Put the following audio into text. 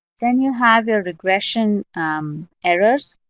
then you have your regression errors,